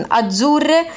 azzurre